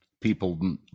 People